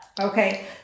Okay